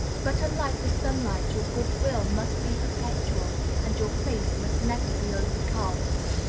but, unlike the sunlight, your good-will must be perpetual, and your face must never be overcast.